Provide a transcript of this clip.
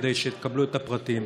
כדי שתקבלו את הפרטים.